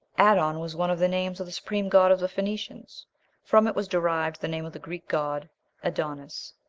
adon was one of the names of the supreme god of the phoenicians from it was derived the name of the greek god ad-onis.